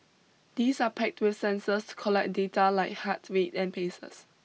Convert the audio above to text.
these are packed with sensors to collect data like heart rate and paces